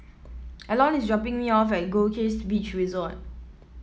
Elon is dropping me off at Goldkist Beach Resort